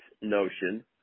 notion